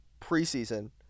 preseason